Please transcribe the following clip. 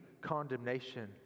condemnation